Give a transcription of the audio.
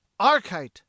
archite